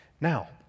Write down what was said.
Now